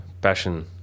passion